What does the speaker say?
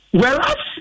Whereas